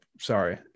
Sorry